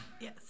Yes